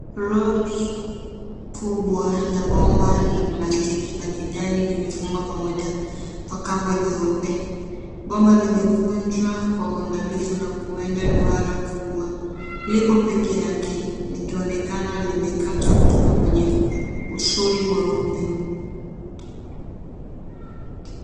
Roli kubwa la bomba la plastiki la kijani limefungwa pamoja kwa kamba nyeupe. Bomba limekunjwa kwa uangalifu na kueda duara kubwa. Liko pekeake likionekana limekatwa kutoka kwenye usuli mweupe.